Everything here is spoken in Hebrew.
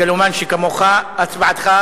מגלומן שכמוך.